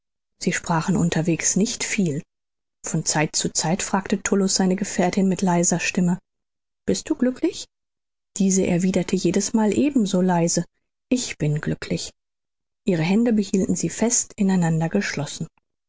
sie sprachen unterwegs nicht viel von zeit zu zeit fragte tullus seine gefährtin mit leiser stimme bist du glücklich diese erwiederte jedesmal eben so leise ich bin glücklich ihre hände behielten sie fest in einander geschlossen